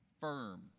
firm